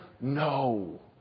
no